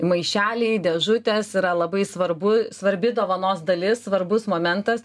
maišeliai dėžutės yra labai svarbu svarbi dovanos dalis svarbus momentas